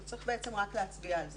אז צריך רק להצביע על זה.